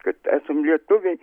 kad esam lietuviai